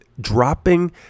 dropping